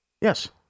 yes